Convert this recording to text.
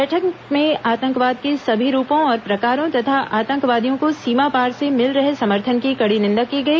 बैठक में आतंकवाद के सभी रूपों और प्रकारों तथा आतंकवादियों को सीमापार से मिल रहे समर्थन की कड़ी निंदा की गई